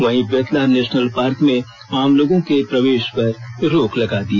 वहीं Betla national park में आम लोगों के प्रवेष पर रोक लगा दी